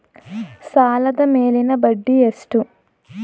ಸಾಲದ ಮೇಲಿನ ಬಡ್ಡಿ ಎಷ್ಟು?